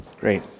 Great